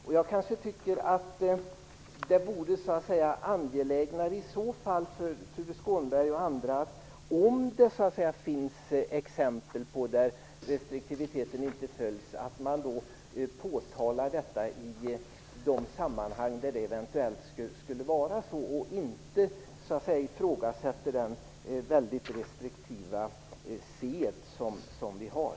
Om det finns exempel på att restriktivitet inte tilllämpas är det mer angeläget att Tuve Skånberg och andra påtalar detta i andra sammanhang, i stället för att här bara ifrågasätta den väldigt restriktiva sed vi har.